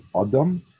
Adam